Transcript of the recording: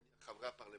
חברי הכנסת,